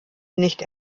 nicht